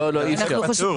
לא, אי אפשר.